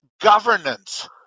governance